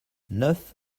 neuf